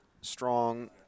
strong